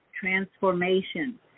transformation